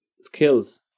skills